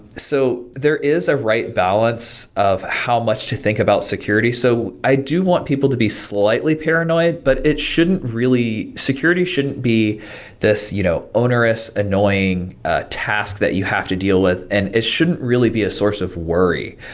so there is a right balance of how much to think about security, so i do want people to be slightly paranoid, but it shouldn't really security shouldn't be this you know onerous annoying ah tasks that you have to deal with. and it shouldn't really be a source of worry,